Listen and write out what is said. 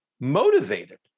motivated